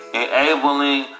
enabling